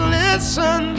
listen